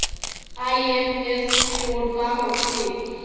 IFSC code का होथे?